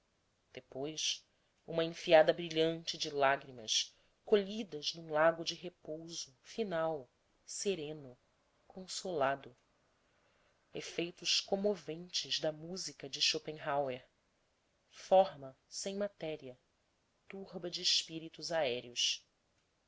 depois uma enfiada brilhante de lágrimas colhidas num lago de repouso final sereno consolado efeitos comoventes da música de schopenhaeur forma sem matéria turba de espíritos aéreos